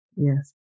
Yes